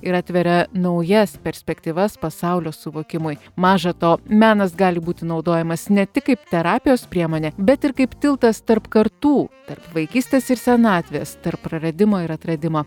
ir atveria naujas perspektyvas pasaulio suvokimui maža to menas gali būti naudojamas ne tik kaip terapijos priemonė bet ir kaip tiltas tarp kartų tarp vaikystės ir senatvės tarp praradimo ir atradimo